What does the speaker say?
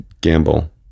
gamble